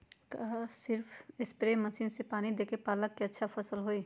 का सिर्फ spray machine से पानी देके पालक के अच्छा फसल होई?